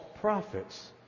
prophets